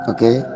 Okay